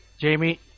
Jamie